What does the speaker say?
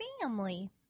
Family